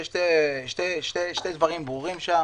יש שני דברים ברורים שם